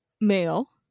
male